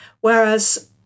Whereas